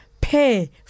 pay